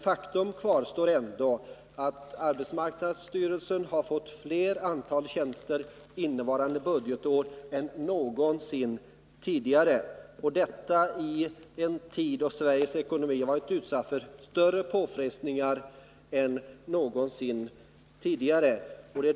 Faktum kvarstår ändå att AMS har fått ett större antal tjänster innevarande budgetår än någon gång tidigare, detta i en tid då Sveriges ekonomi har utsatts för större påfrestningar än på länge.